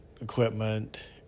equipment